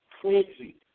crazy